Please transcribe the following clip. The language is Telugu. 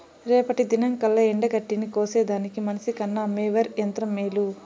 రేపటి దినంకల్లా ఎండగడ్డిని కోసేదానికి మనిసికన్న మోవెర్ యంత్రం మేలు